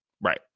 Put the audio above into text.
Right